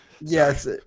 Yes